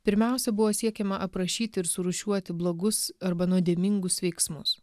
pirmiausia buvo siekiama aprašyti ir surūšiuoti blogus arba nuodėmingus veiksmus